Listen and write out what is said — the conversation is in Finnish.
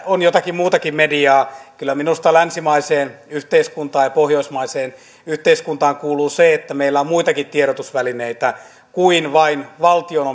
on jotakin muutakin mediaa kyllä minusta länsimaiseen yhteiskuntaan ja pohjoismaiseen yhteiskuntaan kuuluu se että meillä on muitakin tiedotusvälineitä kuin vain valtion